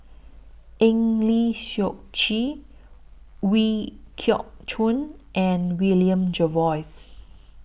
Eng Lee Seok Chee Ooi Kok Chuen and William Jervois